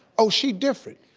oh, she different.